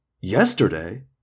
Yesterday